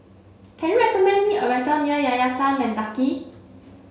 can you recommend me a restaurant near Yayasan Mendaki